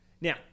now